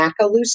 Macaluso